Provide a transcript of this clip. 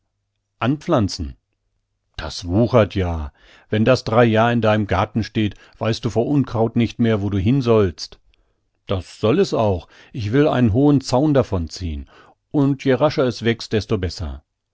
anpflanzen das wuchert ja wenn das drei jahr in deinem garten steht weißt du vor unkraut nicht mehr wo du hin sollst das soll es auch ich will einen hohen zaun davon ziehn und je rascher es wächst desto besser